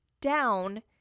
down